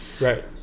Right